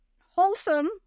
wholesome